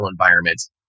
environments